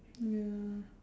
ya